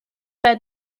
pas